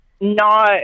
No